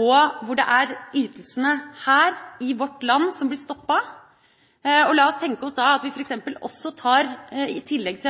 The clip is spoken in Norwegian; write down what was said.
og hvor det er ytelsene her i vårt land som blir stoppet. La oss tenke oss da at vi f.eks. også, i tillegg